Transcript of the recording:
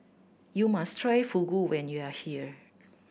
you must try Fugu when you are here